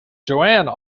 joanne